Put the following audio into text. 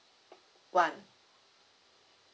one